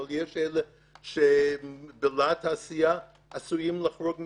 אבל יש כאלה שבלהט העשייה עשויים לחרוג מסמכותם,